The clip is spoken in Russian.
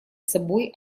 собой